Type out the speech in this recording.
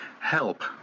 Help